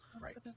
Right